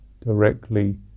directly